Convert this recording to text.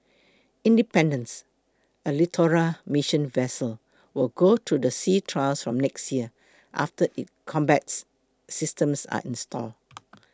independence a littoral mission vessel will go through the sea trials from next year after its combats systems are installed